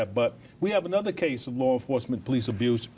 at but we have another case of law enforcement police abuse